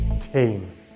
team